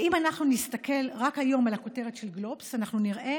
ואם אנחנו נסתכל רק היום על הכותרת של גלובס אנחנו נראה